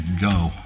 go